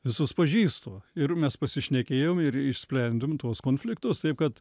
visus pažįstu ir mes pasišnekėjom ir išsprendėm tuos konfliktus taip kad